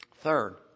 Third